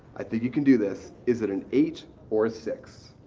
i think you can do this. is it an eight or a six?